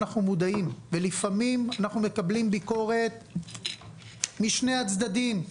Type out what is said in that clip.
ולפעמים אנחנו מקבלים ביקורת משני הצדדים.